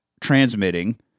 transmitting